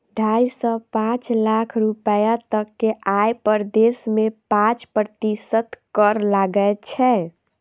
ढाइ सं पांच लाख रुपैया तक के आय पर देश मे पांच प्रतिशत कर लागै छै